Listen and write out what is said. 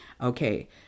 Okay